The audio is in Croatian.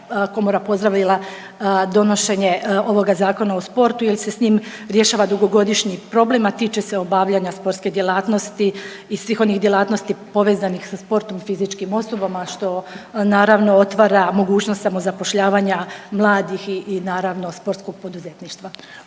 komora pozdravila donošenje ovoga Zakona o sportu jel se s njim rješava dugogodišnji problem, a tiče se obavljanja sportske djelatnosti i svih onih djelatnosti povezanih sa sportom i fizičkim osobama što naravno otvara mogućnost samozapošljavanja mladih i naravno sportskog poduzetništva.